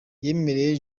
yemereye